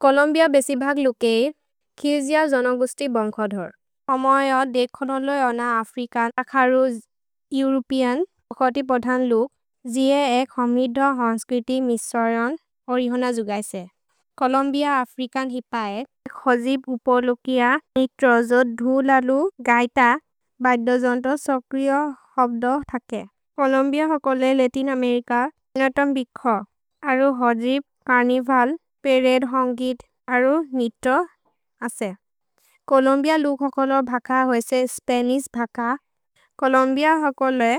कोलोम्बिअ बेसिभग् लुकेर् किजिअ जोनगुस्ति बोन्खोधोर्। ओमएओ देखोनोलो ओन अफ्रिकन् अखरु एउरोपेअन् ओकति पोधन् लुक् जिये एक् हमिधो हन्स्क्रिति मिस्वरन् ओरिहोन जुगैसे। कोलोम्बिअ अफ्रिकन् हि पएक् हजिप् उपो लुकिअ नित्रोजो धु ललु गैत बैत्दो जोन्तो सोक्रिओ होब्दो थके। कोलोम्बिअ होकोले लतिन् अमेरिच, छर्नतुम् भिखो, अरु हजिप्, छर्निवल्, पेरेद् होन्गिद्, अरु नित्रो असे। कोलोम्बिअ लुक् होकोलो भख होइसे स्पनिश् भख। कोलोम्बिअ होकोले